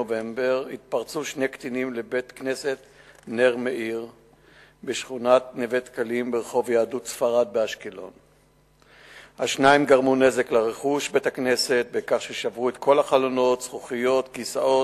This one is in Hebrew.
2. אילו פעולות אופרטיביות נפגעו/ייפגעו כתוצאה מהקיצוץ?